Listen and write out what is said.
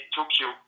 Tokyo